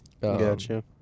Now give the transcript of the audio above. Gotcha